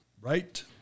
right